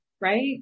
Right